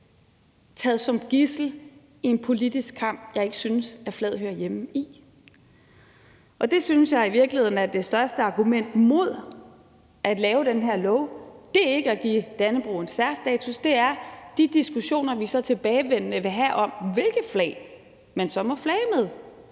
taget som gidsel i en politisk kamp, som jeg ikke synes flaget hører hjemme i. Det synes jeg i virkeligheden er det største argument mod at lave den her lov. Det er ikke at give Dannebrog en særstatus; det er de diskussioner, vi så tilbagevendende vil have om, hvilke flag man så må flage med.